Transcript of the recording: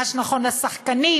מה שנכון לשחקנים,